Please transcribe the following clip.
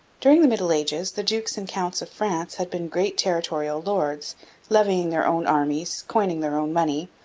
during the middle ages the dukes and counts of france had been great territorial lords levying their own armies, coining their own money,